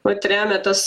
vat remia tas